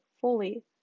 fully